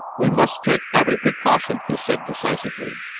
we must take every precaution, he said decisively.